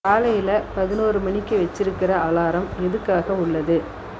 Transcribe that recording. காலையில் பதினொரு மணிக்கு வச்சுருக்குற அலாரம் எதுக்காக உள்ளது